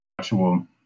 actual